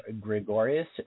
Gregorius